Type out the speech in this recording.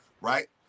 Right